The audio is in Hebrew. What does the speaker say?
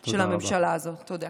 תודה.